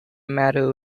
matter